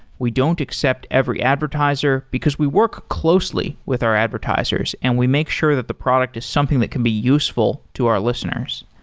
we don't accept every advertiser, because we work closely with our advertisers and we make sure that the product is something that can be useful to our listeners.